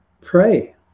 pray